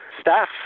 staff